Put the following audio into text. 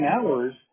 hours